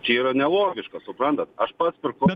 čia yra nelogiška suprantat aš pats pirkau